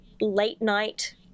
late-night